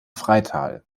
freital